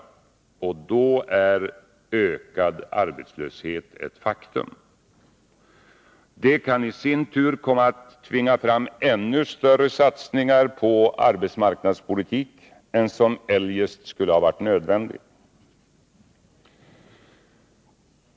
Då är ökad arbetslöshet ett faktum. Det kan i sin tur komma att tvinga fram ännu större satsningar på arbetsmarknadspolitik än som eljest skulle ha varit nödvändigt.